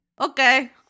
Okay